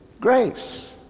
grace